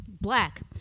black